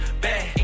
bad